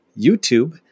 YouTube